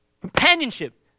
companionship